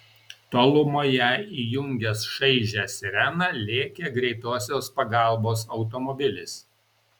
tolumoje įjungęs šaižią sireną lėkė greitosios pagalbos automobilis